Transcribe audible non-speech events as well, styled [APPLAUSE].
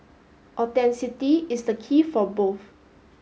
[UNINTELLIGIBLE] is the key for both